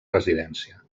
residència